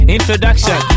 Introduction